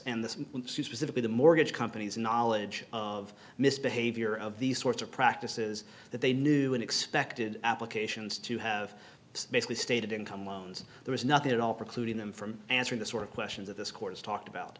and the specifically the mortgage companies knowledge of misbehavior of these sorts of practices that they knew and expected applications to have basically stated income loans there was nothing at all precluding them from answering the sort of questions of this court's talked about